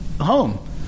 home